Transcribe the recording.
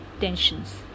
tensions